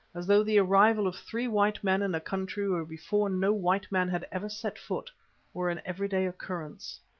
as though the arrival of three white men in a country where before no white man had ever set foot were an everyday occurrence.